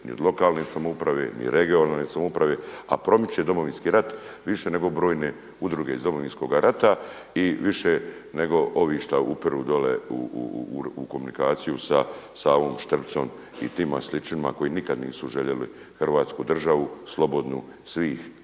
ni od lokalne samouprave, ni regionalne samouprave, a promiče Domovinski rat više nego brojne udruge iz Domovinskoga rata i više nego ovi što upiru dole u komunikaciju sa ovim Štrbcom i tima sličnima koji nikad nisu željeli Hrvatsku državu slobodnu, svih